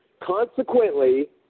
Consequently